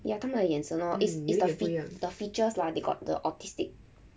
ya 他们的眼神 hor is is the the features lah they got the autistic